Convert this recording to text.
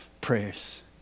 Prayers